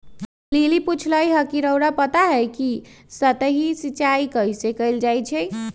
lily पुछलई ह कि रउरा पता हई कि सतही सिंचाई कइसे कैल जाई छई